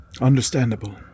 Understandable